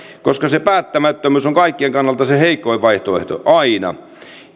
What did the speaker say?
koska se päättämättömyys on kaikkien kannalta se heikoin vaihtoehto aina